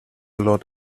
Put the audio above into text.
lot